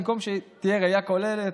במקום שתהיה ראייה כוללת,